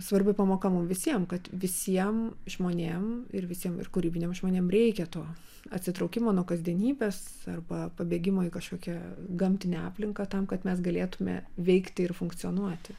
svarbi pamoka mum visiem kad visiem žmonėm ir visiem ir kūrybiniam žmonėm reikia to atsitraukimo nuo kasdienybės arba pabėgimo į kažkokią gamtinę aplinką tam kad mes galėtume veikti ir funkcionuoti